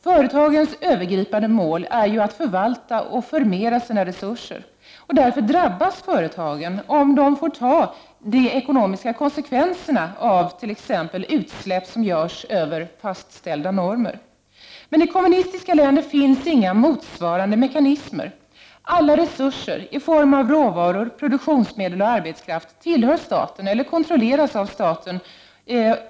Företagens övergripande mål är ju att förvalta och förmera sina resurser. Därför drabbas företagen om de får ta de ekonomiska konsekvenserna av t.ex. utsläpp som görs utöver fastställda normer. Men i kommunistiska länder finns inga motsvarande mekanismer. Alla resurser i form av råvaror, produktionsmedel och arbetskraft tillhör staten eller kontrolleras av staten.